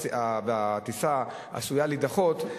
והטיסה עשויה להידחות,